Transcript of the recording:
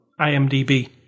IMDb